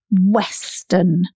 Western